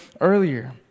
earlier